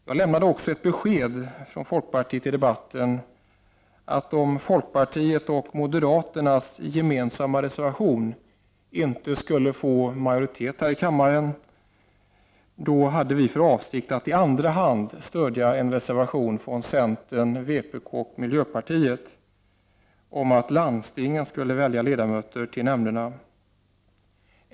Jag lämnade även ett besked från folkpartiet i debatten, att om folkpartiets och moderaternas gemensamma reservation på de här nämnda områdena inte fick majoritet i riksdagen, hade vi för avsikt att i andra hand stödja c-, vpk-, mp-reservationen om att landstingen skall välja ledamöterna till nämnderna.